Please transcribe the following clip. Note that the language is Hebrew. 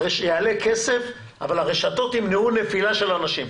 הרי שיעלה כסף, אבל הרשתות ימנעו נפילה של אנשים.